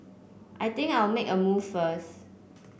I think I'll make a move first